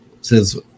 says